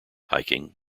hiking